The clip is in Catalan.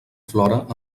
flora